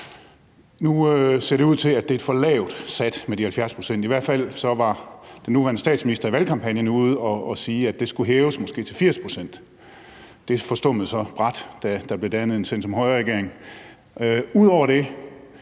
Nu ser det ud til, at det er for lavt sat med de 70 pct. – i hvert fald var den nuværende statsminister i valgkampagnen ude at sige, at det skulle hæves til måske 80 pct. Det forstummede så brat, da der blev dannet en centrum-højre-regering. Ud over det